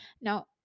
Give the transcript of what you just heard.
Now